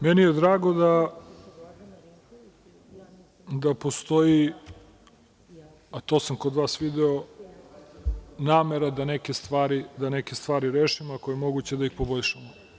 Meni je drago da postoji, a to sam kod vas video, namera da neke stvari rešimo, ako je moguće da ih poboljšamo.